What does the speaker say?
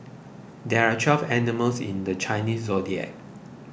there are twelve animals in the Chinese zodiac